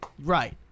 Right